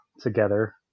together